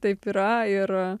taip yra ir